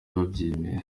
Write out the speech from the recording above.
babyemeye